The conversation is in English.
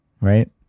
right